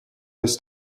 есть